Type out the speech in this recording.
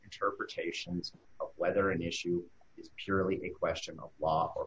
interpretations whether an issue is purely a question of law